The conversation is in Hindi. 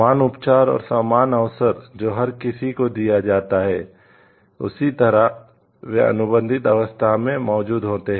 समान उपचार और समान अवसर जो हर किसी को दिया जाता है की तरह वे अनुबंधित अवस्था में मौजूद होते हैं